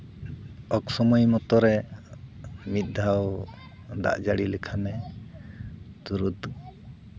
of ᱥᱚᱢᱚᱭ ᱢᱚᱛᱚ ᱨᱮ ᱢᱤᱫ ᱫᱷᱟᱣ ᱫᱟᱜ ᱡᱟᱹᱲᱤ ᱞᱮᱠᱷᱟᱱᱮ ᱛᱩᱨᱟᱹᱫᱽ